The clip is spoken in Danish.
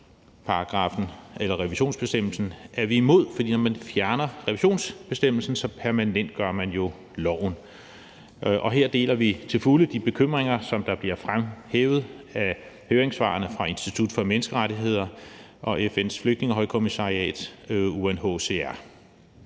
beskyttelse i et tredjeland, er vi imod, for når man fjerner revisionsbestemmelsen, permanentgør man jo loven. Her deler vi til fulde de bekymringer, som bliver fremhævet i høringssvarene fra Institut for Menneskerettigheder og FN's Flygtningehøjkommissariat, UNHCR.